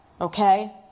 okay